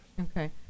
Okay